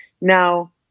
Now